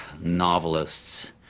Novelists